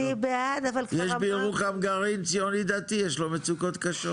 יש בירוחם גרעין ציוני דתי, יש לו מצוקות קשות.